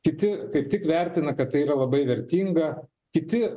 kiti kaip tik vertina kad tai yra labai vertinga kiti